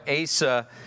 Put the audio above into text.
Asa